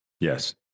Yes